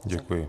Děkuji.